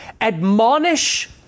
admonish